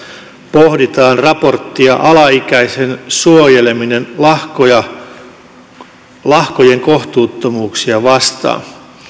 pohditaan raporttia alaikäisen suojeleminen lahkojen kohtuuttomuuksia vastaan